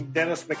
Dennis